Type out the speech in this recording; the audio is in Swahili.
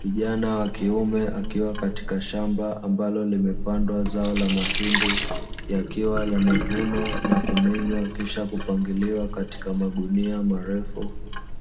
Kijana wa kiume akiwa katika shamba ambalo limepandwa zao la mahindi yakiwa yamevunwa na kumenywa, Kisha kupangiliwa katika magunia marefu